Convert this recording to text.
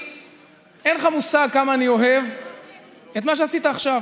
אין לך מושג כמה אני אוהב את מה שעשית עכשיו.